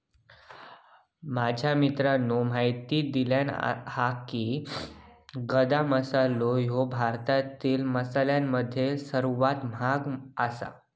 माझ्या मित्राने म्हायती दिल्यानं हा की, गदा मसालो ह्यो भारतातल्या मसाल्यांमध्ये सर्वात महाग आसा